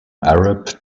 arab